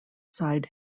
side